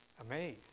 amazed